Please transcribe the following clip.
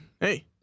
Hey